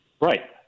Right